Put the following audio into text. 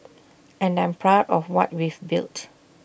and I'm proud of what we've built